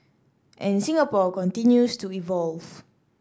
and Singapore continues to evolve